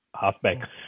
halfback